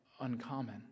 Uncommon